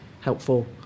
helpful